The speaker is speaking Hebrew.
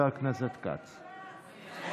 הצעת חוק (תיקון,